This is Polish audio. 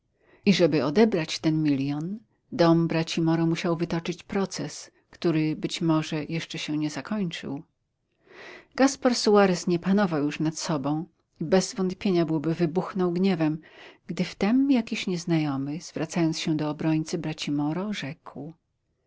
i żeby odebrać ten milion dom braci moro musiał wytoczyć proces który być może jeszcze się nie zakończył gaspar suarez nie panował już nad sobą i bez wątpienia byłby wybuchnął gniewem gdy wtem jakiś nieznajomy zwracając się do obrońcy braci moro rzekł